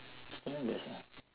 that time there's a